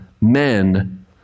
men